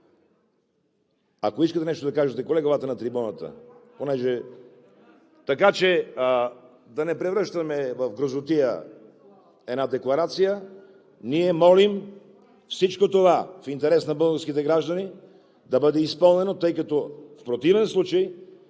Ако искате нещо да кажете, колега, елата на трибуната. Така че да не превръщаме в грозотия една декларация. Ние молим всичко това в интерес на българските граждани да бъде изпълнено, тъй като в противен случай